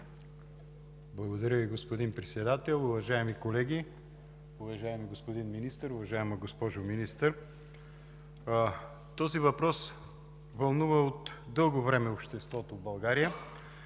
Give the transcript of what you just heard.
Благодаря, господин Председател. Уважаеми колеги, уважаеми господин Министър, уважаема госпожо Министър! Този въпрос вълнува от дълго време обществото в България.